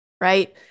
right